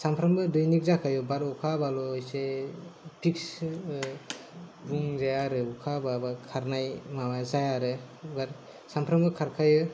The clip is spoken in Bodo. सानफ्रोमबो दैनिक जाखायो बाट अखा हाबाल' एसे फिक्स बुंजाया आरो अखा हाबा खारनाय मानाय जाया आरो सानफ्रोमबो खारखायो